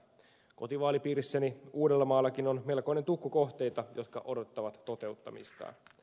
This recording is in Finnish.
kotivaalipiirissäni uudellamaallakin on melkoinen tukku kohteita jotka odottavat toteuttamistaan